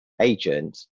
agent